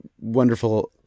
wonderful